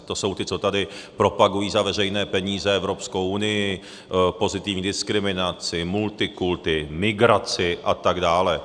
To jsou ty, co tady propagují za veřejné peníze Evropskou unii, pozitivní diskriminaci, multikulti, migraci atd.